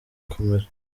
kumera